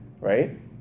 right